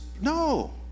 no